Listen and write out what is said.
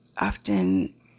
often